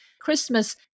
Christmas